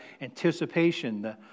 anticipation